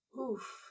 Oof